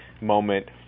moment